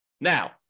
Now